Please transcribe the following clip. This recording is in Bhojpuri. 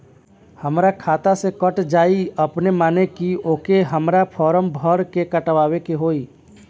हमरा खाता से कट जायी अपने माने की आके हमरा फारम भर के कटवाए के होई?